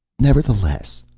nevertheless,